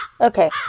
Okay